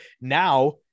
Now